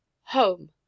Home